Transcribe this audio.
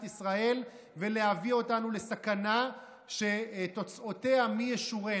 ולהביא אותנו לסכנה שתוצאותיה מי ישורן.